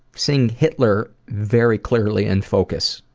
seeing hitler very clearly and focused.